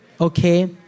Okay